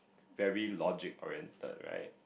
very logic oriented right